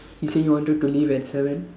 he say he wanted to leave at seven